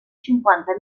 cinquanta